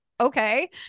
okay